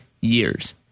years